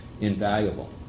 invaluable